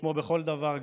כמו בכל דבר,